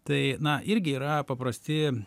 tai na irgi yra paprasti